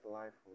life